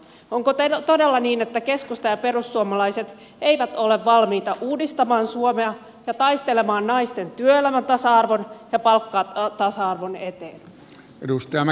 onko todella niin että keskusta ja perussuomalaiset eivät ole valmiita uudistamaan suomea ja taistelemaan naisten työelämän tasa arvon ja palkkatasa arvon eteen